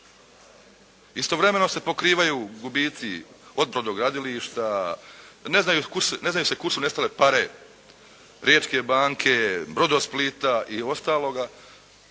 Istovremeno se pokrivaju gubici od brodogradilišta, ne zna se kuda su nestale "pare" Riječke banke, Brodosplita i ostaloga,